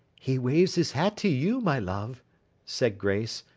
he waves his hat to you, my love said grace.